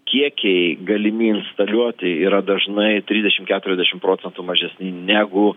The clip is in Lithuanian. kiekiai galimi instaliuoti yra dažnai trisdešimt keturiasdešimt procentų mažesni negu